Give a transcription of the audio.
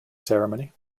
ceremony